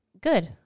Good